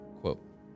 quote